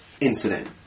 incident